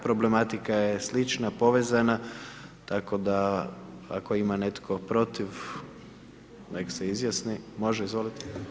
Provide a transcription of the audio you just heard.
Problematika je slično povezana, tako da ako ima netko protiv, nek se izjasni, može izvolite.